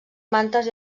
mantes